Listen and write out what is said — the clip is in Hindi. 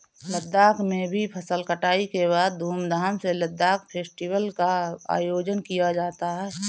लद्दाख में भी फसल कटाई के बाद धूमधाम से लद्दाख फेस्टिवल का आयोजन किया जाता है